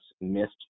missed